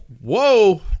Whoa